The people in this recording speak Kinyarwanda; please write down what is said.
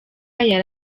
yari